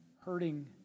hurting